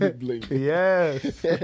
Yes